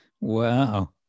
Wow